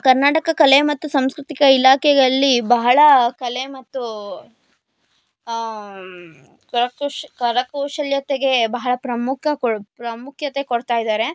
ಕರ್ನಾಟಕ ಕಲೆ ಮತ್ತು ಸಂಸ್ಕೃತಿಕ ಇಲಾಖೆಯಲ್ಲಿ ಬಹಳ ಕಲೆ ಮತ್ತು ಕರಕುಶ ಕರಕೌಶಲ್ಯತೆಗೆ ಬಹಳ ಪ್ರಮುಖ ಪ್ರಾಮುಖ್ಯತೆ ಕೊಡ್ತಾ ಇದ್ದಾರೆ